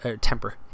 temper